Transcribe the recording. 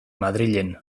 madrilen